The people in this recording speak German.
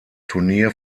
turnier